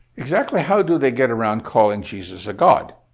exactly how do they get around calling jesus, a god?